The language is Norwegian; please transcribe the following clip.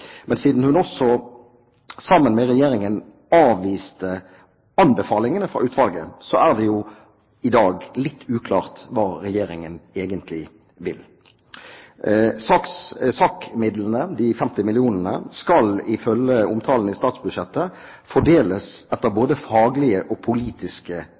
men siden hun også, sammen med Regjeringen, avviste anbefalingene fra utvalget, er det i dag litt uklart hva Regjeringen egentlig vil. SAK-midlene, de 50 millionene, skal ifølge omtalen i statsbudsjettet fordeles etter både faglige og politiske